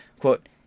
quote